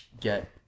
get